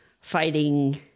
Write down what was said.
fighting